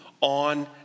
on